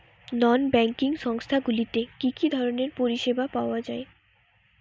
নন banking সংস্থা গুলিতে কি কি ধরনের পরিসেবা পাওয়া য়ায়?